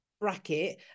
bracket